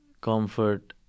comfort